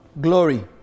Glory